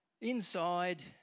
inside